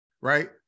Right